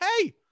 hey